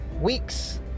weeks